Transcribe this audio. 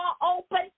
open